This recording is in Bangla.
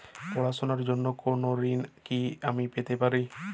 পড়াশোনা র জন্য কোনো ঋণ কি আমি পেতে পারি?